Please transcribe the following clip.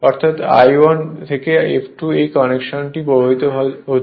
অর্থাৎ I1 থেকে F2 এই কানেকশনটি প্রবাহিত হচ্ছে